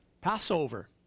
Passover